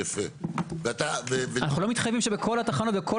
אנחנו לא מתחייבים שבכל התחנות ובכל